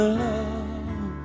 love